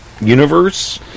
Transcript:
universe